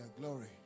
glory